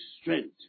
strength